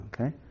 Okay